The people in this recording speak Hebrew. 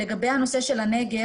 לגבי הנושא של הנגר